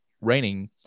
raining